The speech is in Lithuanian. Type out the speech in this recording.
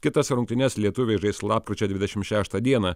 kitas rungtynes lietuviai žais lapkričio dvidešim šeštą dieną